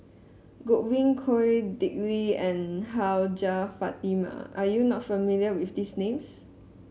Godwin Koay Dick Lee and Hajjah Fatimah are you not familiar with these names